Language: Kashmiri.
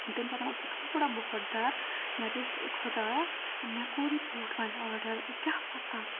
تٔمۍ پَتَن اوس مےٚ تھوڑا بہت ڈَر مےٚ دوٚپ خۄدایا مےٚ کوٚر یہِ بوٗٹھ وَنۍ آرڈَر کیٛاہ پَتہ